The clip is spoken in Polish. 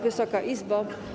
Wysoka Izbo!